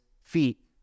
feet